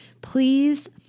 please